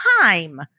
time